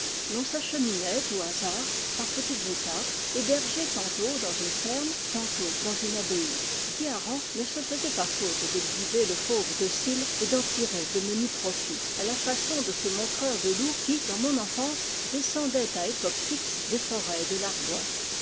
cheminait au hasard par petites étapes héber gés tantôt dans une ferme tantôt dans une abbaye guiharan ne se faisait pas faute d'exhiber le fauve docile et d'en tirer de menus profits à la façon de ces montreurs de loups qui dans mon enfance descendaient à époques fixes des forêts de